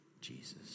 Jesus